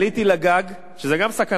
עליתי לגג, וגם זה סכנה,